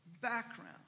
background